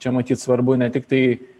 čia matyt svarbu ne tik tai